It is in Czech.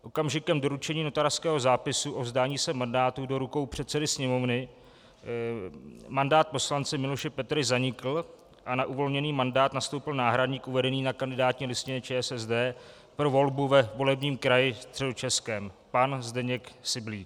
Okamžikem doručení notářského zápisu o vzdání se mandátu do rukou předsedy Sněmovny mandát poslance Miloše Petery zanikl a na uvolněný mandát nastoupil náhradník uvedený na kandidátní listině ČSSD pro volbu ve volebním kraji Středočeském, pan Zdeněk Syblík.